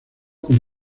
con